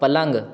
पलङ्ग